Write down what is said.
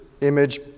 image